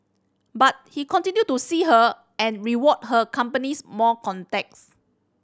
but he continued to see her and rewarded her companies more contacts